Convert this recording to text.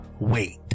Wait